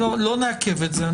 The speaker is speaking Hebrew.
לא נעכב את זה.